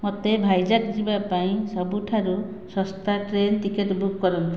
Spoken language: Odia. ମୋତେ ଭାଇଜକ୍ ଯିବା ପାଇଁ ସବୁଠାରୁ ଶସ୍ତା ଟ୍ରେନ୍ ଟିକେଟ୍ ବୁକ୍ କରନ୍ତୁ